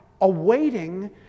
awaiting